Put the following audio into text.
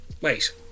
Wait